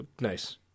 nice